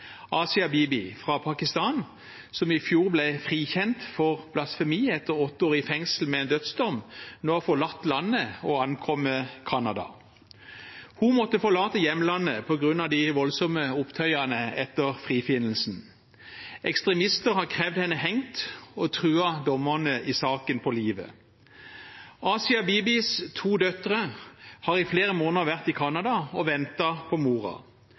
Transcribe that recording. Asia Bibi fra Pakistan, som i fjor ble frikjent for blasfemi etter åtte år i fengsel med en dødsdom, nå har forlatt landet og har ankommet Canada. Hun måtte forlate hjemlandet på grunn av de voldsomme opptøyene etter frifinnelsen. Ekstremister har krevd henne hengt og truet dommerne i saken på livet. Asia Bibis to døtre har i flere måneder vært i Canada og ventet på